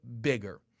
bigger